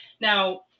Now